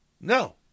No